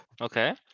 Okay